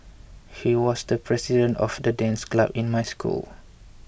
he was the president of the dance club in my school